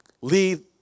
lead